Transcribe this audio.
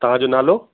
तव्हांजो नालो